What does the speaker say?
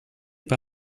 par